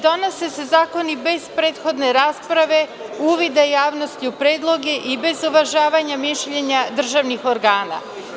Donose se zakoni bez prethodne rasprave, uvide javnosti u predloge i bez uvažavanje mišljenja državnih organa.